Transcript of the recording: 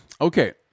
Okay